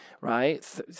right